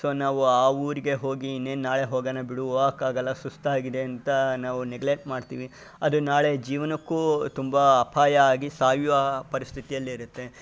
so ನಾವು ಆ ಊರಿಗೆ ಹೋಗಿ ಇನ್ನೇನು ನಾಳೆ ಹೋಗಣ ಬಿಡು ಹೋಗಕ್ಕಾಗಲ್ಲ ಸುಸ್ತಾಗಿದೆ ಅಂತ ನಾವು ನೆಗ್ಲೆಕ್ಟ್ ಮಾಡ್ತೀವಿ ಅದು ನಾಳೆ ಜೀವನಕ್ಕೂ ತುಂಬ ಅಪಾಯ ಆಗಿ ಸಾಯುವ ಪರಿಸ್ಥಿತಿಯಲ್ಲಿ ಇರುತ್ತೆ